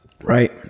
Right